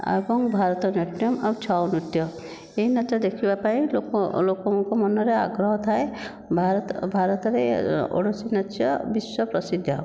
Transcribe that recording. ଏବଂ ଭାରତନାଟ୍ୟମ୍ ଆଉ ଛଉ ନୃତ୍ୟ ଏହି ନାଚ ଦେଖିବା ପାଇଁ ଲୋକ ଲୋକଙ୍କ ମନରେ ଆଗ୍ରହ ଥାଏ ଭାରତରେ ଓଡ଼ିଶୀ ନାଚ ବିଶ୍ୱ ପ୍ରସିଦ୍ଧ